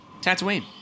Tatooine